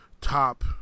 top